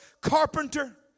carpenter